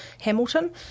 Hamilton